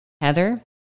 Heather